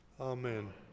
Amen